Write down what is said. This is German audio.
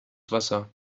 wasser